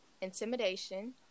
intimidation